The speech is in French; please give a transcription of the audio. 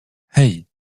hey